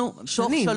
אני